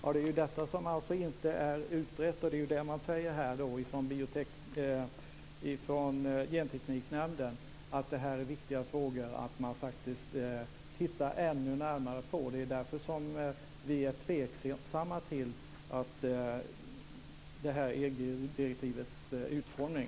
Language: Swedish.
Fru talman! Det är detta som inte är utrett. Gentekniknämnden säger att det är viktigt att titta ännu närmare på dessa frågor. Det är därför som vi är tveksamma till EG-direktivets utformning.